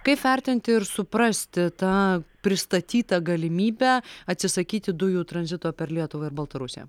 kaip vertinti ir suprasti tą pristatytą galimybę atsisakyti dujų tranzito per lietuvą ir baltarusiją